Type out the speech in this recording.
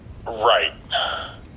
Right